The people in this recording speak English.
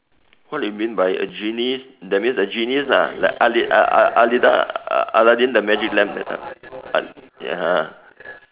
what you mean by a genie that means a genius lah like a~ a~ Aladdin Aladdin the magic lamp that type ah ya (uh huh)